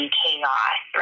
chaos